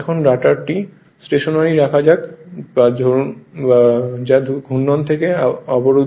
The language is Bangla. এখন রটারটি স্টেশনারী রাখা যাক যা ঘূর্ণন থেকে অবরুদ্ধ